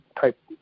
type